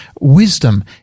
Wisdom